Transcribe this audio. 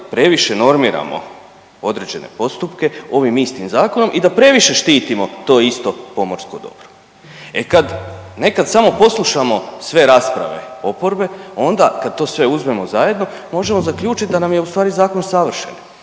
previše normirano određene postupke ovim istim zakonom i da previše štitimo to isto pomorsko dobro. E kad nekad samo poslušamo sve rasprave oporbe onda kad to sve uzmemo zajedno možemo zaključit da nam je ustvari zakon savršen